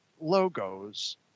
logos